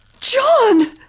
John